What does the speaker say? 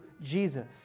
Jesus